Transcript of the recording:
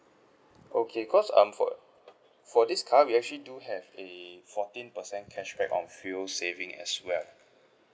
okay cause um for for this card we actually do have a fourteen percent cashback on fuel saving as well